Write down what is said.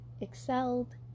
excelled